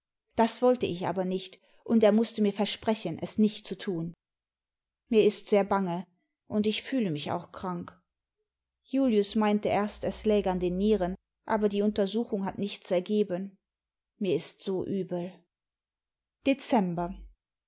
das wollte ich aber nicht und er mußte mir versprechen es nicht zu tun mir ist sehr bange und ich fühle mich auch krank julius meinte erst es lag aa den nieren aber die untersuchung hat nichts ergeben mir ist so übel